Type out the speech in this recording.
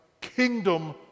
kingdom